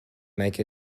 make